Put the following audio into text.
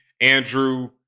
Andrew